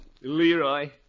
Leroy